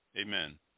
Amen